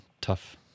tough